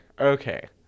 okay